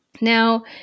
Now